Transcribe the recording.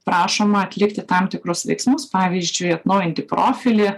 prašoma atlikti tam tikrus veiksmus pavyzdžiui atnaujinti profilį